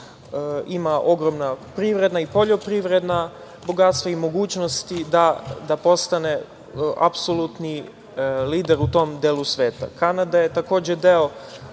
ima ogromna privredna i poljoprivredna bogatstva i mogućnosti da postane apsolutni lider u tom delu sveta. Takođe, Kanada je deo